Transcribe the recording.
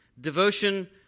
devotion